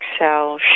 Excel